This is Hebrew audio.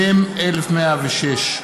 מ/1106.